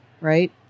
right